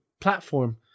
platform